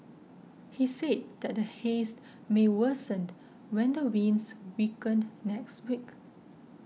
he said that the Haze may worsen when the winds weaken next week